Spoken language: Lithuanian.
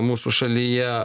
mūsų šalyje